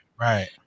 Right